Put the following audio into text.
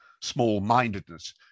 small-mindedness